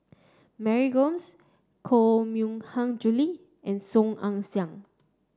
Mary Gomes Koh Mui Hiang Julie and Song Ong Siang